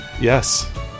Yes